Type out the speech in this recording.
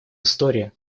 истории